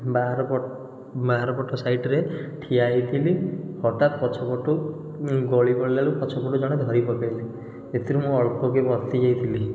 ବାହାରପଟ ବାହାରପଟ ସାଇଟ୍ରେ ଠିଆ ହେଇଥିଲି ହଠାତ୍ ପଛପଟୁ ମୁଁ ଗଳିପଡ଼ିଲାରୁ ପଛପଟୁ ଜଣେ ଧରିପକେଇଲେ ସେଥିରୁ ମୁଁ ଅଳ୍ପକେ ବର୍ତ୍ତିଯାଇଥିଲି